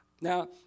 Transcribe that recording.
Now